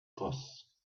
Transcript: costs